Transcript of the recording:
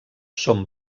són